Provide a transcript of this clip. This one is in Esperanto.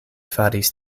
faris